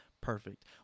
perfect